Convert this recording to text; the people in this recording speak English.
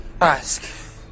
ask